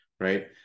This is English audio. right